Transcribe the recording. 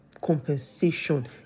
compensation